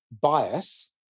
bias